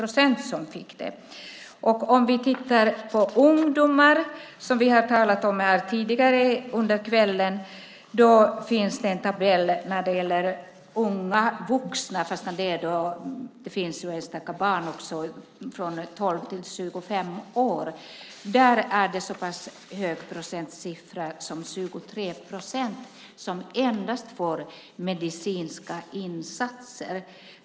Om vi tittar på ungdomarna, som vi har talat om här tidigare under kvällen, finns det en tabell när det gäller unga vuxna, men det finns även enstaka barn från 12 till 25 år. Där är det så många som 23 procent som får endast medicinska insatser.